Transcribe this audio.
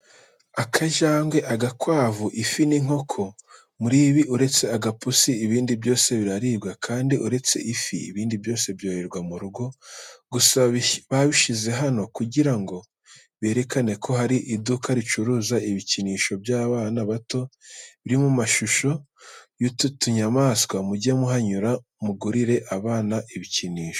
Akajangwe, agakwavu, ifi, n'inkoko muri ibi uretse agapusi ibindi byose biraribwa kandi uretse ifi, ibindi byose byororerwa mu rugo. Gusa babishyize hano kugira ngo berekane ko hari iduka ricuruza ibikinisho by'abana bato biri mu mashusho y'utu tunyamaswa mujye muhanyura mugurire abana ibikinisho.